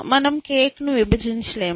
మీరు కేక్ను విభజించలేరు